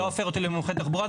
זה לא הופך אותי למומחה תחבורה?